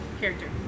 character